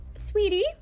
sweetie